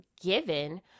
given